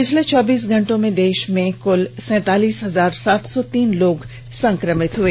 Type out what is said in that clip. पिछले चौबीस घंटे में देश में कुल सैंतालीस हजार सात सौ तीन लोग संक्रमित हुए